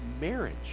marriage